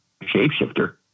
shapeshifter